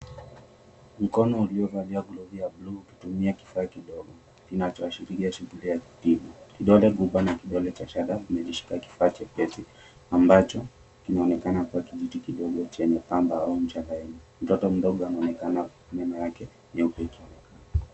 Mkono ulio valia glovu ya blue kutumia kifaa kidogo kinacho ashiria shughuli ya kupima. Kidole gumba na kidole cha shada kimejishika kifaa chepesi ambacho kinaonekana kuwa kijiti kidogo chenye kamba ya mchanga. Mtoto mdogo ameonekana meno yake nyéupe ki.